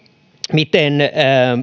miten